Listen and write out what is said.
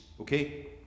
Okay